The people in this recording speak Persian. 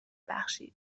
بخشید